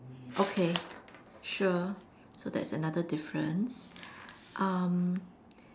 okay sure so that's another difference um